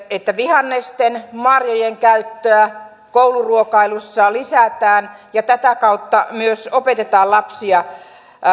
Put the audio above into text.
että vihannesten ja marjojen käyttöä kouluruokailussa lisätään ja tätä kautta myös opetetaan lapsia